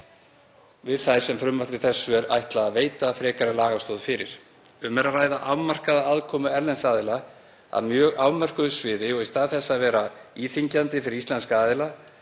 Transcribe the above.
við þær sem frumvarpi þessu er ætlað að veita frekari lagastoð fyrir. Um er að ræða afmarkaða aðkomu erlends aðila að mjög afmörkuðu sviði og í stað þess að vera íþyngjandi fyrir íslenska aðila